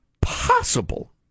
Possible